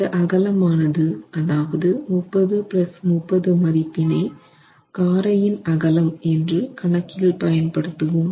இந்த அகலமானது அதாவது 3030 மதிப்பினை காரையின் அகலம் என்று கணக்கில் பயன் படுத்துவோம்